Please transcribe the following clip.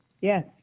Yes